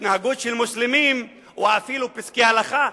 התנהגות של מוסלמים, או אפילו פסקי הלכה,